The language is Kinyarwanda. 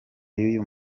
y’uyu